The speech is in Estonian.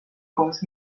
koos